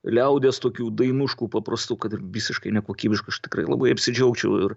liaudies tokių dainuškų paprastų kad ir visiškai nekokybiškų aš tikrai labai apsidžiaugčiau ir